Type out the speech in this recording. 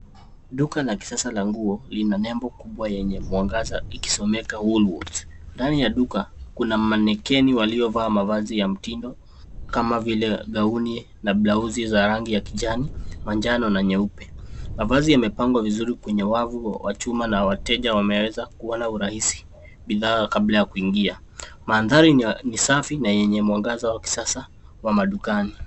Duka la kisasa la nguo lina nembo kubwa yenye mwangaza ikisomeka WoolWorths. Ndani ya duka kuna manekeni waliovaa mavazi ya mtindo kama vile gauni na blauzi za rangi ya kijani, manjano na nyeupe. Mavazi yamepangwa vizuri kwenye wavu wa chuma na wateja wameweza kuona kwa urahisi bidhaa kabla ya kuingia. Mandhari ni safi na yenye mwangaza wa kisasa wa madukani.